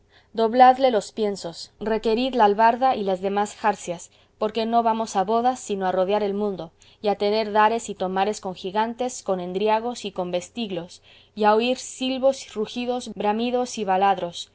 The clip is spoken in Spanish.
dobladle los piensos requerid la albarda y las demás jarcias porque no vamos a bodas sino a rodear el mundo y a tener dares y tomares con gigantes con endriagos y con vestiglos y a oír silbos rugidos bramidos y baladros